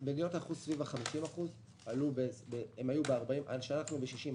מדינות הייחוס הן סביב 50%. כשאנחנו היינו ב-60%